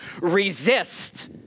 Resist